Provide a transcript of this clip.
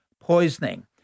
poisoning